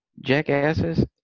jackasses